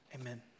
amen